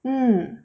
mm